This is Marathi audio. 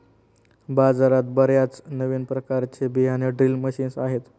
बाजारात बर्याच नवीन प्रकारचे बियाणे ड्रिल मशीन्स आहेत